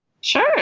Sure